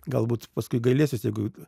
galbūt paskui gailėsiuos jeigu